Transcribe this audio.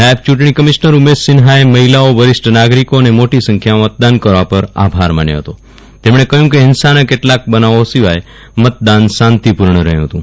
નાયબ ચુંટણી કમિશનર ઉમેશ સિન્ફાએ મહિલાઓવરિષ્ઠ નાગરીકો ને મોટી સંખ્યામાં મતદાન કરવા પર આભાર માન્યો હતો તેમણે કહ્યું કે હિંસાનાં કેટલાક બનાવો સિવાય મતદાન શાંતિપૂર્ણ રહ્યું ફતું